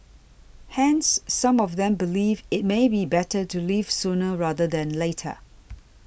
hence some of them believe it may be better to leave sooner rather than later